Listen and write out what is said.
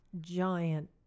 giant